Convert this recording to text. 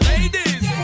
Ladies